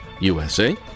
USA